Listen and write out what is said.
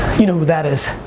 you know who that is?